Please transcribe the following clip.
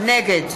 נגד